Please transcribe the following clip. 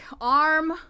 arm